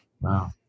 Wow